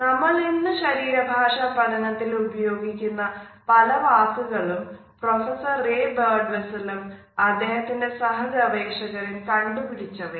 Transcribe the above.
നമ്മൾ ഇന്ന് ശരീര ഭാഷ പഠനത്തിൽ ഉപയോഗിക്കുന്ന പല വാക്കുകളും പ്രൊഫെസ്സർ റേ ബേർഡ്വിസ്റ്റലും അദ്ദേഹത്തിന്റെ സഹ ഗവേഷകരും കണ്ടുപിടിച്ചവയാണ്